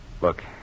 Look